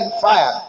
fire